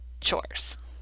chores